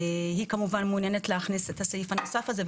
היא כמובן מעוניינת להכניס את הסעיף הנוסף הזה,